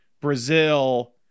brazil